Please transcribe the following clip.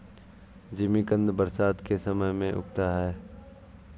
जिमीकंद बरसात के समय में उगता है